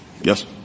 Yes